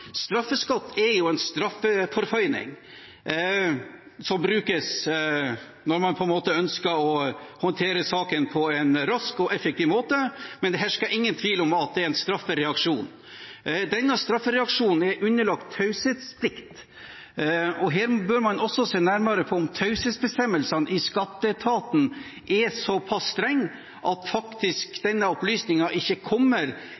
straffeskatt. Straffeskatt er jo en straffeforføyning som brukes når man ønsker å håndtere saken på en rask og effektiv måte, men det hersker ingen tvil om at det er en straffereaksjon. Denne straffereaksjonen er underlagt taushetsplikt. Her bør man se nærmere på om taushetsbestemmelsene i skatteetaten er så pass strenge at denne opplysningen ikke kommer